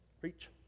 preach